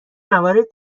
موارد